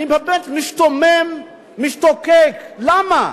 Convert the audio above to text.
אני באמת משתומם, משתוקק, למה?